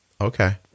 Okay